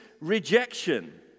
rejection